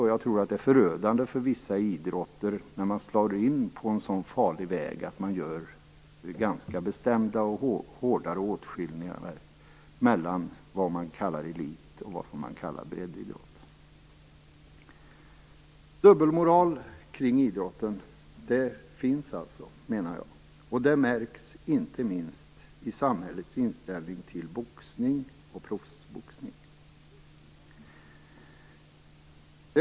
Jag tror också att det är destruktivt för vissa idrotter när man slår in på den farliga vägen med hårda och bestämda åtskillnader mellan vad som kallas elitidrott och vad som kallas breddidrott. Jag menar alltså att det finns en dubbelmoral kring idrotten. Att så är fallet märks inte minst i samhällets inställning till boxning och proffsboxning.